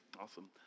Awesome